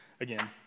again